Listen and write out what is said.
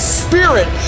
spirit